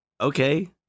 Okay